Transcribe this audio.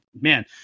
man